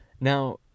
Now